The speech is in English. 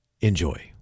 Enjoy